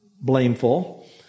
blameful